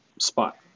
spot